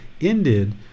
ended